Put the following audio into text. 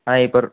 ஆ இப்போ ஒரு